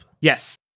Yes